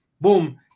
boom